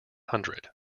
hundred